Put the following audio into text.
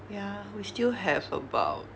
ya we still have about